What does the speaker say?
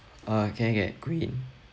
uh can get queen